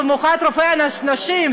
במיוחד את רופאי הנשים,